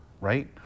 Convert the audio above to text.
right